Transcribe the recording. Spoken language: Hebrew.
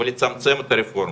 ולצמצם את הרפורמה.